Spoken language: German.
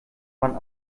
man